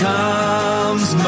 comes